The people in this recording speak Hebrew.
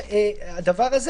גם את תזרימי המזומנים,